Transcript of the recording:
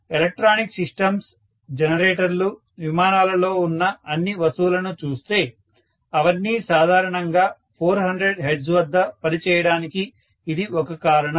మీరు electronic systems జనరేటర్లు విమానాలలో ఉన్న అన్ని వస్తువులను చూస్తే అవన్నీ సాధారణంగా 400 హెర్ట్జ్ వద్ద పని చేయడానికి ఇది ఒక కారణం